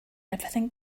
everything